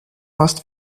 must